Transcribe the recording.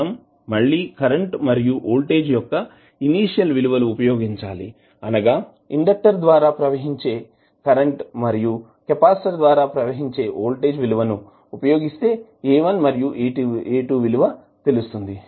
మనం మళ్ళి కరెంటు మరియు వోల్టేజ్ యొక్క ఇనీషియల్ విలువలు ఉపయోగించాలి అనగా ఇండెక్టర్ ద్వారా ప్రవహించే కరెంటు మరియు కెపాసిటర్ ద్వారా ప్రవహించే వోల్టేజ్ విలువని ఉపయోగిస్తే A 1 మరియు A 2 విలువ తెలుస్తుంది